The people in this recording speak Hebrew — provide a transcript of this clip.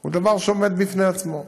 הוא דבר שעומד בפני עצמו.